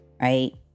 Right